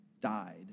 died